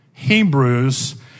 Hebrews